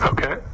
Okay